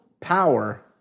power